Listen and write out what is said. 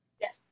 Yes